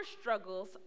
struggles